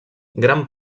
gran